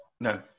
No